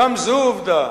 גם זו עובדה.